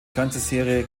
fernsehserie